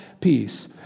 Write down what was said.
peace